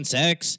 sex